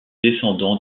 descendants